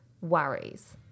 worries